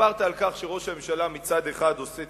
דיברת על כך שראש הממשלה מצד אחד עושה